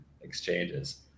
exchanges